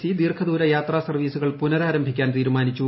C ദീർഘദൂര യാത്രാ സർവ്വീസുകൾ പുനരാരംഭിക്കാൻ തീരുമാനിച്ചു